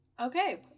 Okay